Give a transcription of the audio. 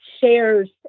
shares